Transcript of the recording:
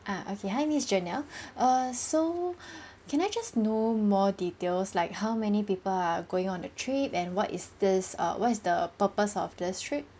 ah okay hi miss janelle err so can I just know more details like how many people are going on the trip and what is this err what is the purpose of this trip